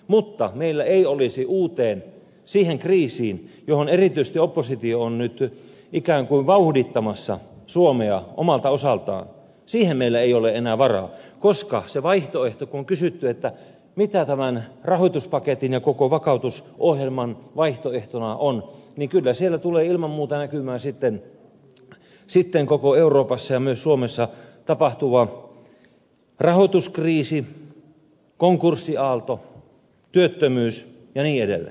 mutta meillä ei olisi enää varaa siihen uuteen kriisiin johon erityisesti oppositio on nyt ikään kuin vauhdittamassa suomea omalta osaltaan siihen ellei ole enää varaa koska siinä vaihtoehdossa kun on kysytty mitä tämän rahoituspaketin ja koko vakautusohjelman vaihtoehtona on tulee ilman muuta näkymään koko euroopassa ja myös suomessa tapahtuva rahoituskriisi konkurssiaalto työttömyys ja niin edelleen